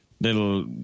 little